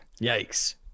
Yikes